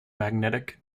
magnetic